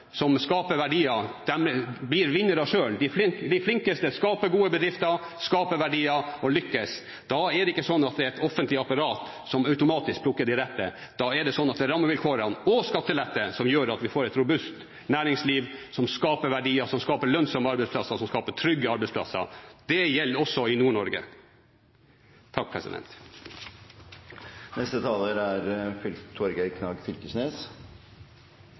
flinkeste skaper gode bedrifter, skaper verdier og lykkes. Det er ikke sånn at det er et offentlig apparat som automatisk plukker de rette. Det er rammevilkårene og skattelette som gjør at vi får et robust næringsliv som skaper verdier, som skaper lønnsomme arbeidsplasser, som skaper trygge arbeidsplasser – det gjelder også i Nord-Norge. Å si at noe er en skam, er ikke parlamentarisk språkførsel. Representanten Torgeir Knag Fylkesnes